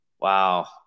wow